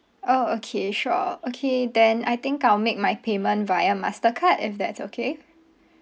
orh okay sure okay then I think I'll make my payment via mastercard if that's okay